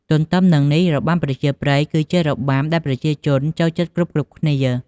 ទន្ទឹមនឹងនេះរបាំប្រជាប្រិយគឹជារបាំដែលប្រជាជនចូលចិត្តគ្រប់ៗគ្នា ។